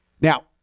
Now